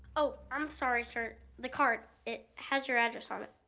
oh, i'm sorry, sir, the card, it has your address on it.